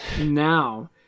Now